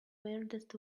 weirdest